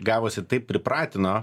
gavosi taip pripratino